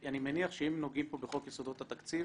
אני מניח שאם נוגעים פה בחוק יסודות התקציב,